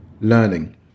learning